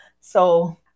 So-